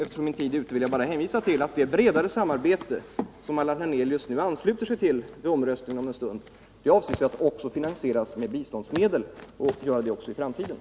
Eftersom min tid är ute vill jag i övrigt bara hänvisa till att det bredare samarbetet som Allan Hernelius vid omröstningen om en stund kommer att ansluta sig till avses att också finansieras med biståndsmedel, även i framtiden.